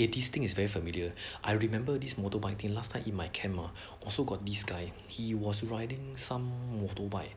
eh this thing is very familiar I remember this motorbike thing last time in my camp ah also got this guy he was riding some motorbike